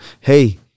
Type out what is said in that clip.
hey